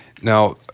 Now